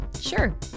Sure